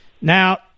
Now